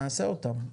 נעשה אותם,